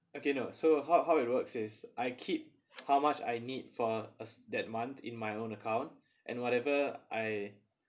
okay no so how how it works is I keep how much I need for as that month in my own account and whatever I